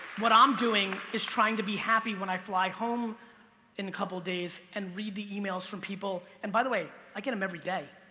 what i'm doing, is trying to be happy when i fly home in a couple days, and read the emails from people, and by the way, i get them every day.